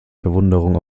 verwunderung